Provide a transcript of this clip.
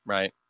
Right